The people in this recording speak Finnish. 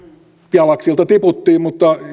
jalaksilta tiputtiin mutta